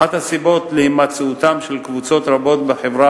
אחת הסיבות להימצאותן של קבוצות רבות בחברה